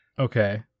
Okay